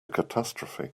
catastrophe